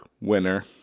winner